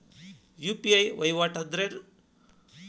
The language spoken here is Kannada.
ಯು.ಪಿ.ಐ ವಹಿವಾಟ್ ಅಂದ್ರೇನು?